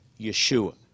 Yeshua